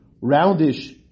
roundish